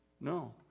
No